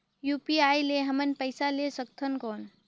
UPI ले हमन पइसा ले सकथन कौन?